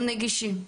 הם נגישים,